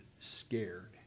scared